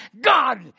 God